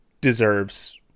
deserves